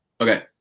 Okay